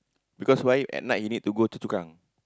because why at night you need to go to Chu Kang